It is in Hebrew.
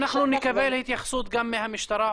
נקבל התייחסות מהמשטרה.